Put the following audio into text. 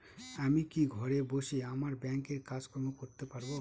আমি কি ঘরে বসে আমার ব্যাংকের কাজকর্ম করতে পারব?